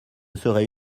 serait